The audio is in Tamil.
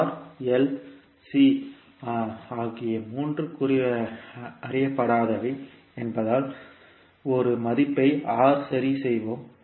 R L மற்றும் C ஆகியவை இங்கு 3 அறியப்படாதவை என்பதால் ஒரு மதிப்பை R சரி செய்வோம்